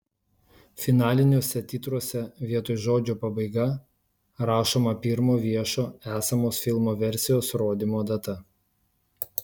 finaliniuose titruose vietoj žodžio pabaiga rašoma pirmo viešo esamos filmo versijos rodymo data